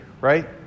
right